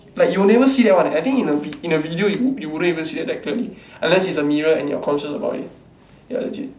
like you'll never see that one I think in a vid~ in a video you would wouldn't see that clearly unless is a mirror and you're conscious about it ya legit